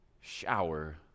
shower